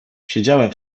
siedziałem